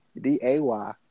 D-A-Y